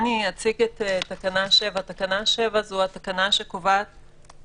תקנה 7 קובעת